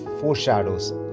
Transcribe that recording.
foreshadows